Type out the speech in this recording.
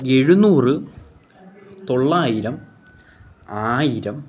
എഴുന്നുർ തൊള്ളായിരം ആയിരം